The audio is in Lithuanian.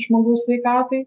žmogaus sveikatai